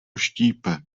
štípe